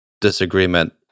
disagreement